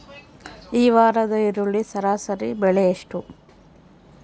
ಈ ವಾರದ ಈರುಳ್ಳಿ ಸರಾಸರಿ ಬೆಲೆ ಎಷ್ಟು?